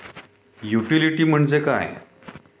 Utility म्हणजे काय?